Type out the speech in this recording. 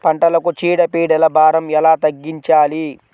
పంటలకు చీడ పీడల భారం ఎలా తగ్గించాలి?